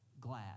glad